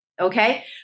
Okay